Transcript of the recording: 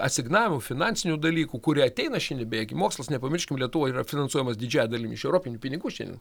asignavimų finansinių dalykų kurie ateina šiandien beje gi mokslas nepamirškim lietuvoj yra finansuojamas didžiaja dalimi iš europinių pinigų šiandien